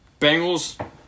Bengals